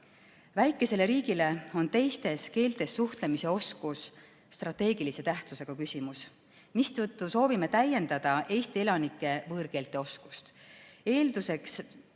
Väikesele riigile on teistes keeltes suhtlemise oskus strateegilise tähtsusega küsimus, mistõttu soovime täiendada Eesti elanike võõrkeeleoskust. Eeldused